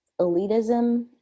elitism